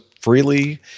freely